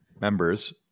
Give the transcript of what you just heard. members